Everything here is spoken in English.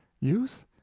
Youth